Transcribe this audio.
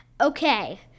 okay